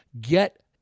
get